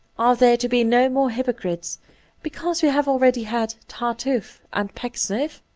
are there to be no more hypocrites because we have already had tar tufe and pecksniff?